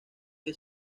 que